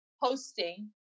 hosting